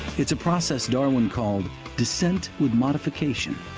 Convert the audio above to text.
it's a process darwin called descent with modification.